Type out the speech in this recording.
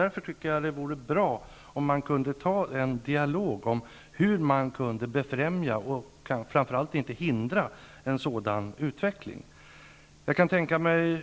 Därför vore det bra om man kunde föra en dialog om hur man kunde befrämja, och framför allt inte hindra, en sådan utveckling.